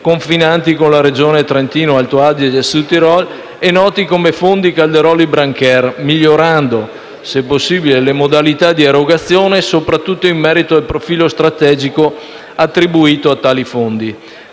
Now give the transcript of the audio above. confinanti con la Regione Trentino-Alto Adige/Südtirol e noti come fondi Calderoli-Brancher, migliorando, se possibile, le modalità di erogazione soprattutto in merito al profilo strategico attribuito a tali fondi.